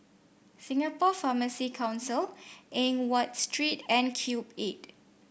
Singapore Pharmacy Council Eng Watt Street and Cube Eight